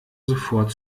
sofort